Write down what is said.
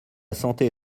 santé